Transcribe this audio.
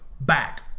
back